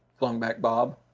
flung back bob.